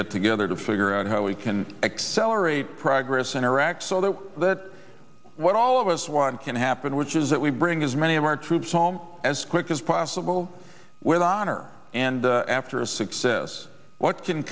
get together to figure out how we can accelerate progress in iraq so that that what all of us want can happen which is that we bring as many of our troops home as quick as possible with honor and after a success what can